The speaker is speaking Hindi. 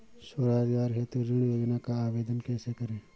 स्वरोजगार हेतु ऋण योजना का आवेदन कैसे करें?